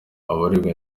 abarebwa